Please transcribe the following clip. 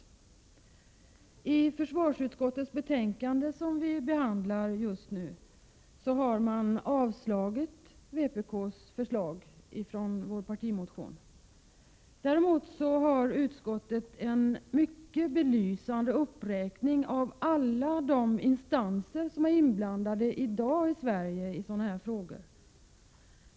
I det betänkande från försvarsutskottet som vi just nu behandlar har man avstyrkt förslaget i vpk:s partimotion. Däremot har utskottet redovisat en mycket belysande uppräkning av alla de instanser som i dag är inblandade i sådana här frågor i Sverige.